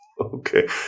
Okay